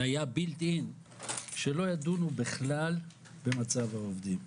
זה היה בילט אין שלא ידונו בכלל במצב העובדים,